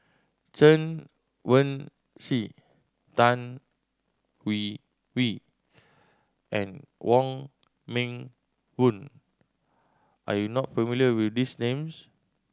Chen Wen Hsi Tan Hwee Hwee and Wong Meng Voon are you not familiar with these names